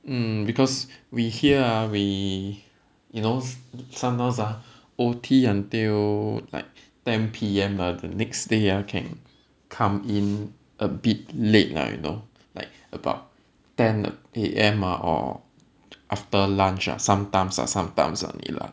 um because we here ah we you know some knows ah O_T until like ten P_M ah the next day ah can come in a bit late lah you know like about ten A_M or after lunch ah sometimes ah sometimes only lah